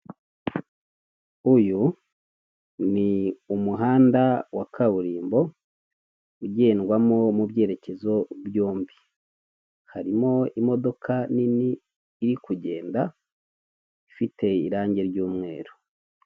Uyu ni umuhanda wa kaburimbo ugendwamo mu byerekezo byombi, harimo imodoka nini iri kugenda ifite irange ry'umweru.